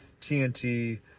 TNT